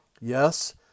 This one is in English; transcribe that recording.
Yes